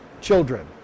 children